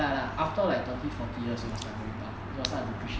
ya ya after like twenty forty years it will starts going down it will start depreciate